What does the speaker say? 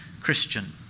Christian